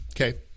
okay